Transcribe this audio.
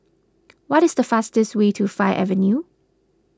what is the fastest way to Fir Avenue